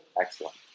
Excellent